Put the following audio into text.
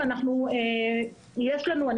מה